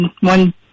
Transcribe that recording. one